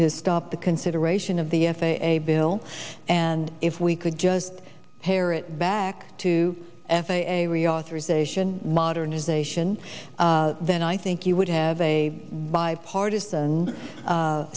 to stop the consideration of the f a a bill and if we could just parrot back to f a a reauthorization modernization then i think you would have a bipartisan